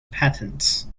patents